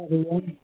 Hari Om